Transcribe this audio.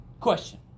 Question